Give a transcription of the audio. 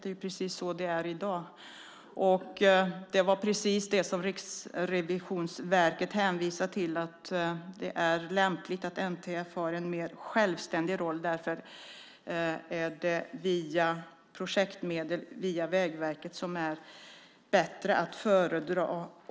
Det är precis så det är i dag, och det var precis det som Riksrevisionsverket hänvisade till. Det är lämpligt att NTF har en mer självständig roll. Därför är projektmedel via Vägverket att föredra.